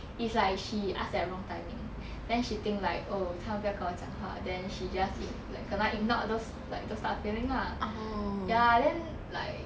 it's like she ask at wrong timing then she think like oh 他们不要跟我讲话 then she just like kena ignored those like those type of feeling lah ya then like